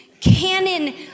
Canon